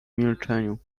milczeniu